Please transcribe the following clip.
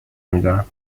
میدارم